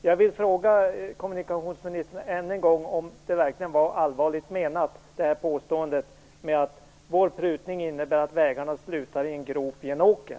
Jag vill än en gång fråga kommunikationsministern om hon verkligen menade allvar med sitt påstående att vår prutning innebär att vägarna slutar i en grop i en åker.